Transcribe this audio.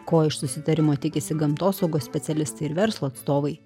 ko iš susitarimo tikisi gamtosaugos specialistai ir verslo atstovai